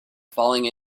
falling